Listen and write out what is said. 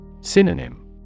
Synonym